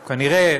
כנראה,